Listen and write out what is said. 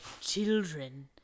children